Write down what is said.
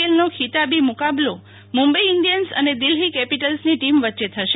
એલનો ખિતાબી મુકાબલો Mumbai Indians અને દિલ્હી કેપિટલ્સની ટીમ વચ્ચે થશે